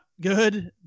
good